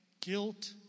guilt